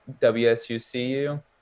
WSUCU